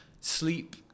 sleep